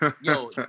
yo